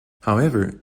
however